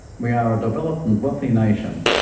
we are a developed and wealthy nation,